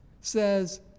says